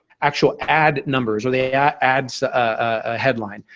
actual ad numbers where they ah yeah adds ah headline.